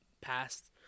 past